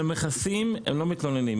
על המכסים הם לא מתלוננים,